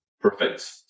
Perfect